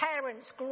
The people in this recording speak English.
Parents